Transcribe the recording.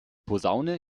posaune